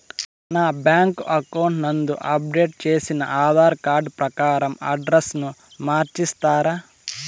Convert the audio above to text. నా bank account నందు update చేసిన ఆధార్ కార్డు ప్రకారం అడ్రస్ ను మార్చిస్తారా?